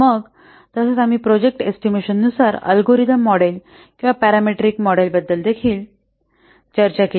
मग तसेच आम्ही प्रोजेक्ट एस्टिमेशन नुसार अल्गोरिदम मॉडेल किंवा पॅरामीट्रिक मॉडेलबद्दल देखील चर्चा केली